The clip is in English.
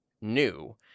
new